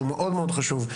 שהוא מאוד מאוד חשוב,